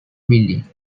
building